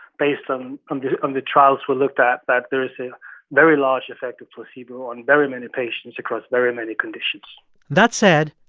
based on um the and trials we looked at, that there is a very large effect of placebo on very many patients across very many conditions that said,